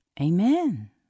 Amen